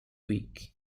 week